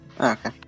Okay